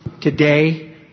Today